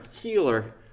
Healer